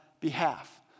behalf